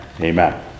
Amen